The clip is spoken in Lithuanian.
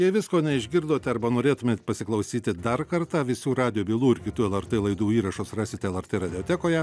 jei visko neišgirdot arba norėtumėt pasiklausyti dar kartą visų radijo bylų ir kitų lrt laidų įrašus rasite lrt radiotekoje